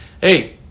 Hey